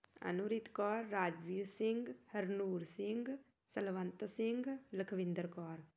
Anureet Kaur Rajveer Singh Harnoor Singh Salwant Singh Lakhwinder Kaur